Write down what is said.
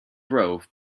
grove